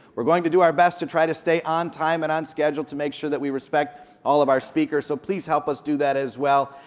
we're going to do our best to try to stay on time and on schedule to make sure that we respect all of our speakers, so please help us do that as well.